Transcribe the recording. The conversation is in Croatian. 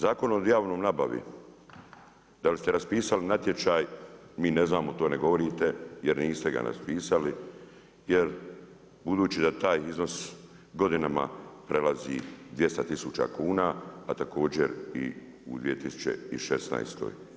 Zakonom o javnoj nabavi, da li ste raspisali natječaj, mi ne znamo to ne govorite jer niste ga raspisali, jer budući da taj iznos godinama prelazi 200000 kn, a također i u 2016.